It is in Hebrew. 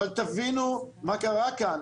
אבל תבינו מה קרה כאן,